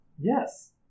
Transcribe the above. yes